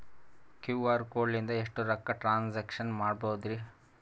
QR code ಲಿಂದ ಎಷ್ಟ ರೊಕ್ಕ ಟ್ರಾನ್ಸ್ಯಾಕ್ಷನ ಮಾಡ್ಬೋದ್ರಿ?